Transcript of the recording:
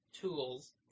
Tools